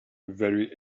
very